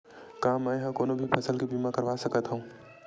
का मै ह कोनो भी फसल के बीमा करवा सकत हव?